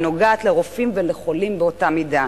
היא נוגעת לרופאים ולחולים באותה מידה.